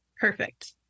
Perfect